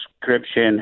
description